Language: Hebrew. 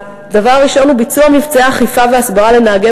הדבר הראשון הוא ביצוע מבצעי אכיפה והסברה לנהגי